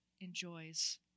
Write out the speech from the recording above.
enjoys